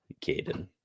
Caden